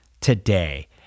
today